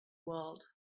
world